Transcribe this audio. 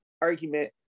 argument